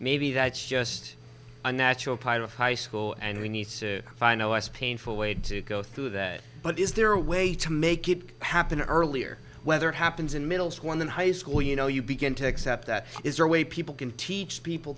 maybe that's just a natural part of high school and we need to find a less painful way to go through that but is there a way to make it happen earlier whether it happens in middle school in the high school you know you begin to accept that is a way people can teach people